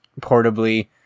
portably